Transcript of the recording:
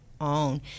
own